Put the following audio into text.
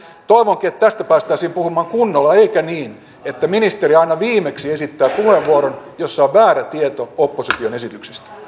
toivonkin että tästä päästäisiin puhumaan kunnolla eikä niin että ministeri aina viimeksi esittää puheenvuoron jossa on väärä tieto opposition esityksistä